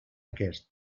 aquest